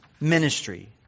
ministry